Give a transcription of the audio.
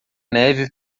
neve